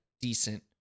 decent